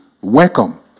welcome